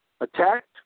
attacked